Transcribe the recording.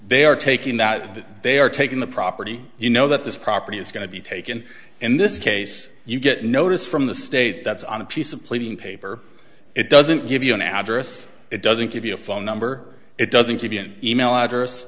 they are taking that that they are taking the property you know that this property is going to be taken in this case you get notice from the state that's on a piece of pleading paper it doesn't give you an address it doesn't give you a phone number it doesn't give you an email address